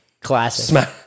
Classic